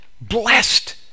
blessed